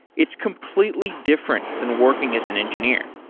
it's completely different than working as an engineer,